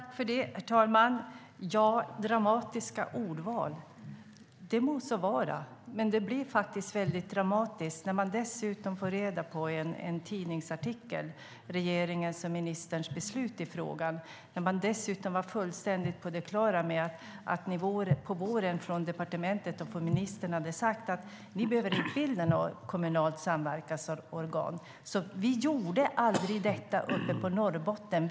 Herr talman! "Dramatiska ordval" - det må så vara, men det blev faktiskt väldigt dramatiskt när vi fick reda på regeringens och ministerns beslut i frågan i en tidningsartikel. Vi var dessutom fullständigt på det klara med att departementet och ministern på våren hade sagt: Ni behöver inte bilda något kommunalt samverkansorgan. Därför gjorde vi aldrig det i Norrbotten.